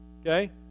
Okay